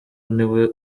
niwe